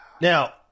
Now